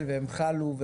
זה אחד החוקים הכי גדולים,